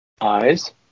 eyes